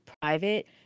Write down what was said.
private